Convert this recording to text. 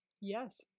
Yes